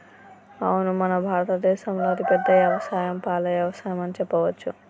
అవును మన భారత దేసంలో అతిపెద్ద యవసాయం పాల యవసాయం అని చెప్పవచ్చు